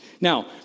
Now